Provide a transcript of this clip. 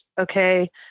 Okay